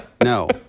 No